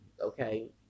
okay